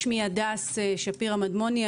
שמי הדס שפירא מדמוני,